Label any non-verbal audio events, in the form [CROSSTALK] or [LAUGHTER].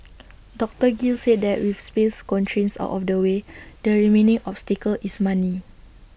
[NOISE] doctor gill said that with space constraints out of the way the remaining obstacle is money